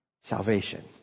Salvation